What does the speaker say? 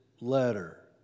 letter